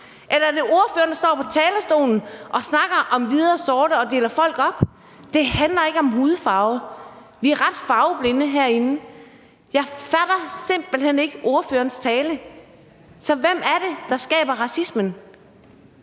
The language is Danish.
Eller er det ordføreren, der står på talerstolen og snakker om hvide og sorte og deler folk op? Det handler ikke om hudfarve. Vi er ret farveblinde herinde. Jeg fatter simpelt hen ikke ordførerens tale. Så hvem er det, der skaber racismen?